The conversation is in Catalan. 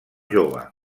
jove